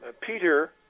Peter